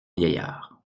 vieillard